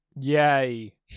Yay